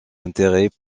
intérêts